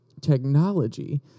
technology